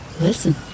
listen